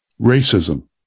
racism